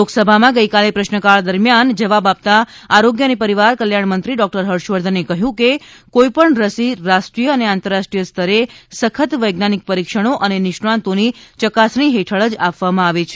લોકસભામાં ગઇકાલે પ્રશ્નકાળ દરમિયાન જવાબ આપતાં આરોગ્ય અને પરિવાર કલ્યાણ મંત્રી ડોક્ટર હર્ષવર્ધને કહ્યું કે કોઈપણ રસી રાષ્ટ્રીય અને આંતરરાષ્ટ્રીય સ્તરે સખત વૈજ્ઞાનિક પરીક્ષણો અને નિષ્ણાતોની ચકાસણી હેઠળ જ આપવામાં આવે છે